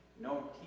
no